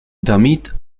damit